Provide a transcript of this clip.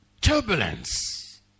turbulence